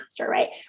right